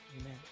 amen